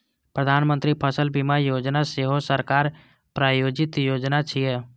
प्रधानमंत्री फसल बीमा योजना सेहो सरकार प्रायोजित योजना छियै